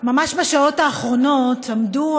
ממש בשעות האחרונות עמדו